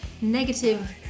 negative